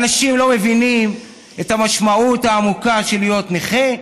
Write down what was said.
אנשים לא מבינים את המשמעות העמוקה של להיות נכה,